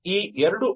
ಈ ಎರಡು ಒ